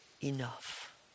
enough